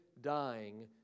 dying